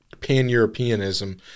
pan-Europeanism